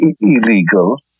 illegal